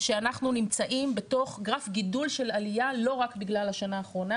שאנחנו נמצאים בתוך גרף גידול של עלייה לא רק בגלל השנה האחרונה.